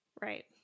Right